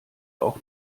auch